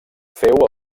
féu